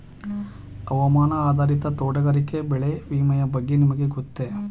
ಹವಾಮಾನ ಆಧಾರಿತ ತೋಟಗಾರಿಕೆ ಬೆಳೆ ವಿಮೆಯ ಬಗ್ಗೆ ನಿಮಗೆ ಗೊತ್ತೇ?